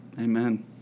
Amen